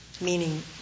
meaning